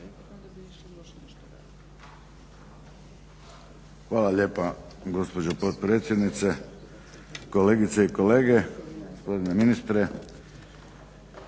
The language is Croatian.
Hvala lijepa gospođo potpredsjednice, kolegice i kolege, gospodine ministre.